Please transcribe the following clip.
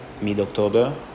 mid-October